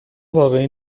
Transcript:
واقعی